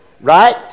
Right